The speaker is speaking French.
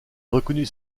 reconnut